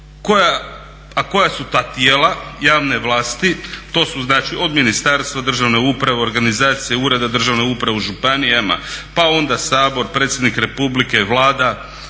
A koja su ta tijela javne vlasti? To su od ministarstva, državne uprave, organizacije, ureda državne uprave u županijama, pa onda Sabor, predsjednik Republike, Vlada,